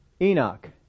Enoch